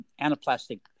anaplastic